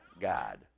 God